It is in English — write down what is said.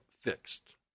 fixed